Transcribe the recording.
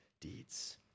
deeds